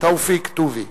תופיק טובי.